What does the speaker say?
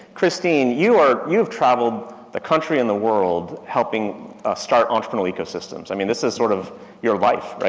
christine, you are, you've traveled the country and the world helping, ah start entrepreneurial ecosystems. i mean, this is sort of your life, right?